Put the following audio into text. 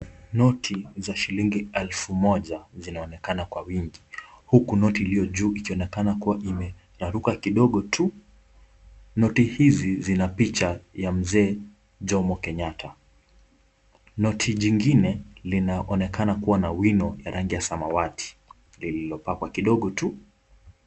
Noti za shilingi elfu moja zinaonekana kwa wingi huku noti iliyojuu ikionekana kuwa imeraruka kidogo tu. Noti hizi zina picha ya mzee Jomo Kenyatta. Noti jingine, linaonekana kuwa na wino wa rangi ya samawati lililopakwa kidogo tu.